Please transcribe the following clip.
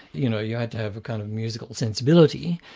you know, you had to have a kind of musical sensibility,